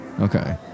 Okay